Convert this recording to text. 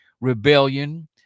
rebellion